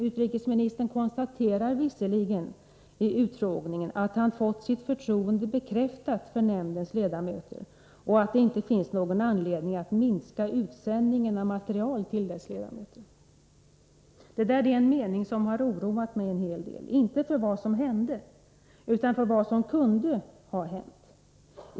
Utrikesministern konstaterar visserligen i utfrågningen att han fått sitt förtroende bekräftat för nämndens ledamöter, och att det inte finns någon anledning att minska utsändningen av material till dess ledamöter. Detta är en mening som har oroat mig en hel del inte för vad som hände, utan för vad som kunde ha hänt.